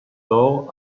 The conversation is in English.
door